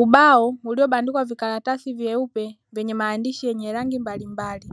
Ubao uliobandikwa vikaratasi vyeupe vyenye maandishi yenye rangi mbalimbali,